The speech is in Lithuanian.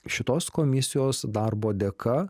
šitos komisijos darbo dėka